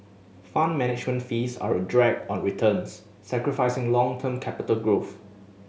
Fund Management fees are a drag on returns sacrificing long term capital growth